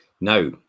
Now